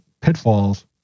pitfalls